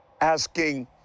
asking